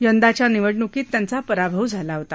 यंदाच्या निवडणूकीत त्यांचा पराभव झाला होता